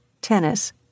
tennis